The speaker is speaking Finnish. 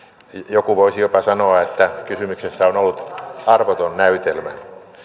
joku voisi jopa sanoa että kysymyksessä on ollut arvoton näytelmä